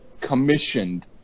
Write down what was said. commissioned